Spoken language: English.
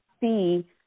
see